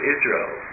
Israel